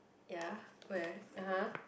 ya where (uh huh)